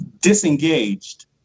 disengaged